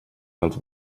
dels